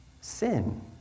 sin